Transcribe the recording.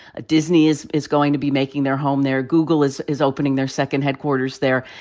ah disney is is going to be making their home there. google is is opening their second headquarters there.